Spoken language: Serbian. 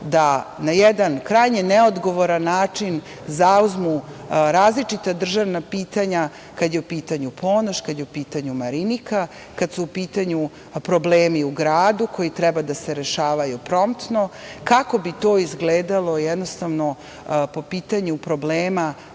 da na jedan krajnje neodgovoran način zauzmu različita državna pitanja kada je u pitanju Ponoš, kada je u pitanju Marinika, kada su u pitanju problemi u gradu, koji treba da se rešavaju promptno, kako bi to izgledalo po pitanju problema